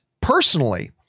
personally